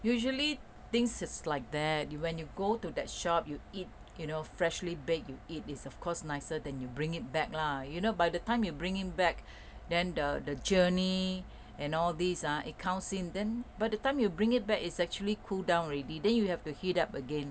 usually things is like that you when you go to that shop you eat you know freshly baked you eat is of course nicer than you bring it back lah you know by the time you bringing back then the the journey and all these ah it counts in then by the time you bring it back is actually cooled down already then you have to heat up again